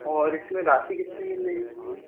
और इस में राशि कितनी मिलेगी